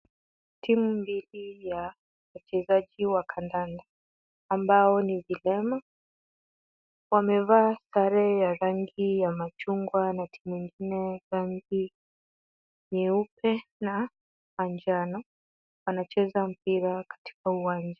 Timu mbili ya wachezaji wa kandanda ambao ni vilema wamevaa sare ya rangi ya machungwa na timu ingine rangi nyeupe na manjano wanacheza mpira katika uwanja.